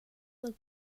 look